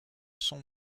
sont